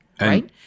right